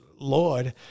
Lord